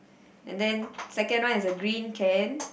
and then second one is a green can